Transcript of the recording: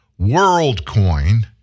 WorldCoin